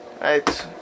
Right